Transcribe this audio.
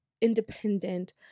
independent